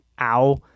Ow